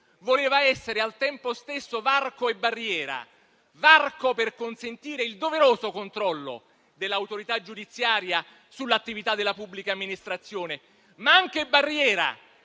voleva essere, al tempo stesso, varco e barriera: varco per consentire il doveroso controllo dell'autorità giudiziaria sull'attività della pubblica amministrazione, ma anche barriera